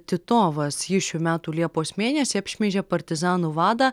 titovas jis šių metų liepos mėnesį apšmeižė partizanų vadą